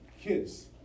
kids